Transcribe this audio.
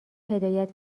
هدایت